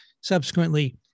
subsequently